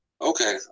Okay